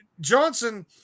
Johnson